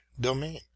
domain